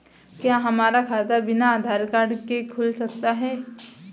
क्या हमारा खाता बिना आधार कार्ड के खुल सकता है?